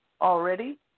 already